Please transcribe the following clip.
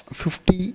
fifty